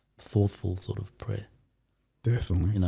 thoughtful sort of prayer there for me, you know,